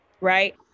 right